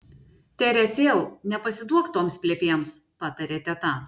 teresėl nepasiduok toms plepėms patarė teta